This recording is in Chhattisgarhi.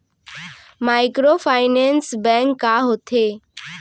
माइक्रोफाइनेंस बैंक का होथे?